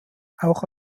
auch